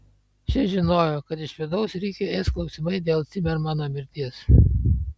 šis žinojo kad iš vidaus rikį ės klausimai dėl cimermano mirties